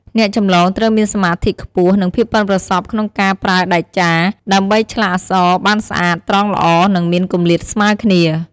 អ្នកចម្លងត្រូវមានសមាធិខ្ពស់ និងភាពប៉ិនប្រសប់ក្នុងការប្រើដែកចារ ដើម្បីឆ្លាក់អក្សរបានស្អាត ត្រង់ល្អ និងមានគម្លាតស្មើគ្នា។